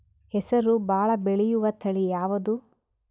ಹೆಸರು ಭಾಳ ಬೆಳೆಯುವತಳಿ ಯಾವದು?